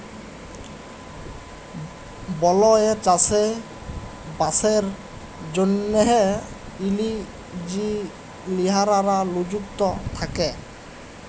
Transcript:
বলেযে চাষে বাসের জ্যনহে ইলজিলিয়াররা লিযুক্ত থ্যাকে